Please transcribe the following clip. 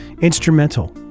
instrumental